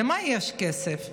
למה יש כסף?